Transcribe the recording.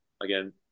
Again